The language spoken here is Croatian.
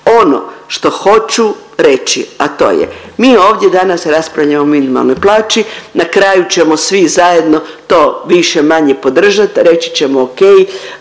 Ono što hoću reći, a to je mi ovdje danas raspravljamo o minimalnoj plaći, na kraju ćemo svi zajedno to više-manje podržat, reći ćemo ok,